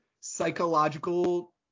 psychological